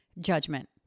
judgment